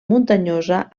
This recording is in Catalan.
muntanyosa